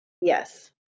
Yes